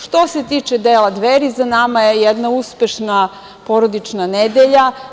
Što se tiče dela Dveri, za nama je jedna uspešna porodična nedelja.